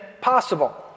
possible